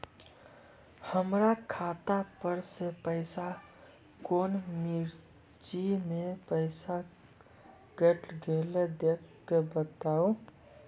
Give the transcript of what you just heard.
हमर खाता पर से पैसा कौन मिर्ची मे पैसा कैट गेलौ देख के बताबू?